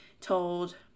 told